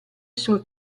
sul